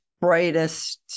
brightest